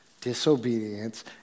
disobedience